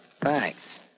Thanks